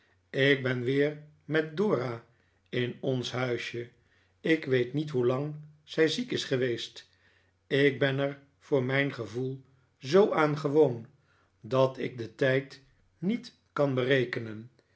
ik ben weer met dora in ons huisje ik weet niet hoelang zij ziek is geweest ik ben er voor mijn gevoel zoo aan gewoon dat ik den tijd niet kan berekenen